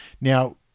Now